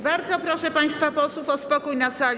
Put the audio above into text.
Bardzo proszę państwa posłów o spokój na sali.